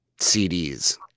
CDs